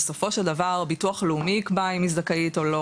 בסופו של דבר ביטוח לאומי יקבע אם היא זכאית או לא,